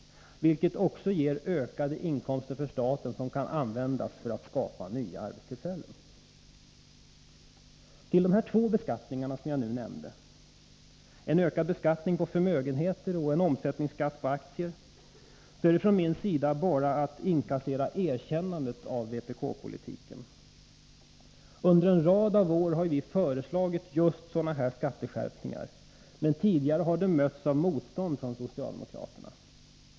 Detta ger också ökade inkomster för staten som kan användas för att skapa nya arbetstillfällen. När det gäller de två beskattningar jag nu nämnde — en ökad beskattning på förmögenheter och en omsättningsskatt på aktier — är det från min sida bara att inkassera erkännandet av vpk-politiken. Under en rad år har vi föreslagit just sådana här skatteskärpningar, men förslagen har tidigare mötts av motstånd från socialdemokraterna.